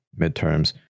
midterms